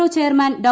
O chairman Dr